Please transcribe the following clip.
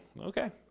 Okay